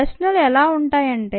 ప్రశ్నలు ఎలా ఉంటాయంటే